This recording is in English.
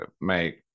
make